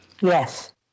Yes